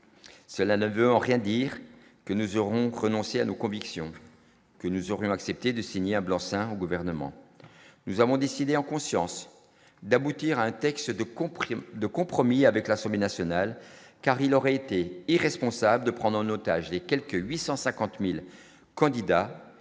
cela ne veut rien dire, que nous aurons donc renoncer à nos convictions que nous aurions accepté de signer un blanc-seing au gouvernement, nous avons décidé en conscience d'aboutir à un texte de comprimés de compromis avec l'Assemblée nationale, car il aurait été irresponsable de prendre en otage les quelque 850000 candidats